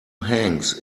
hanks